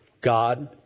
God